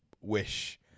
wish